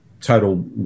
total